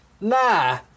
Nah